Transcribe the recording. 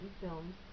films